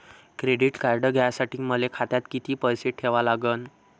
Credit card घ्यासाठी मले खात्यात किती पैसे ठेवा लागन?